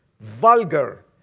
vulgar